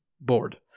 bored